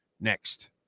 next